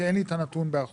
כי אין לי את הנתון באחוזים,